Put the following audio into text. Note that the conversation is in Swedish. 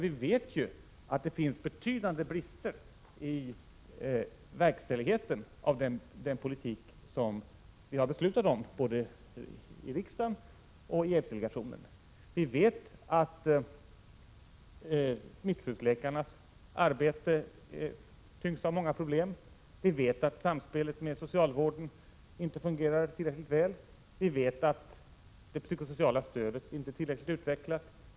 Vi vet ju att det finns betydande brister när det gäller verkställigheten av den politik som vi har beslutat om både i riksdagen och i aidsdelegationen. Vi vet att smittskyddsläkarnas arbete tyngs av många problem. Vi vet att samspelet med socialvården inte fungerar tillräckligt väl. Vi vet att det psykosociala stödet inte är tillräckligt utvecklat.